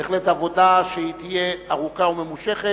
בהחלט עבודה שתהיה ארוכה וממושכת.